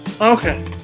okay